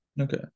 okay